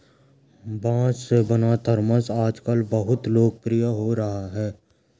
बाँस से बना थरमस आजकल बहुत लोकप्रिय हो रहा है